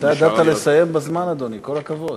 אתה ידעת לסיים בזמן, אדוני, כל הכבוד.